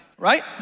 right